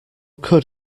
could